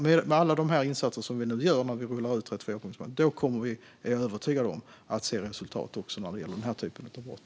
Med alla de insatser vi nu gör när vi rullar ut 34-punktsprogrammet är jag övertygad om att vi kommer att se resultat också för den typen av brott.